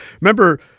Remember